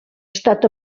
estat